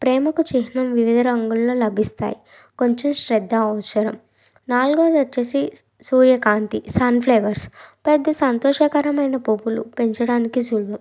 ప్రేమకు చిహ్నం వివిధ రంగుల్లో లభిస్తాయి కొంచెం శ్రద్ద అవసరం నాలుగోదొచ్చేసి సూర్యకాంతి సన్ ఫ్లవర్స్ పెద్ద సంతోషకరమైన పువ్వులు పెంచడానికి సులభం